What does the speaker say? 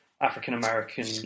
African-American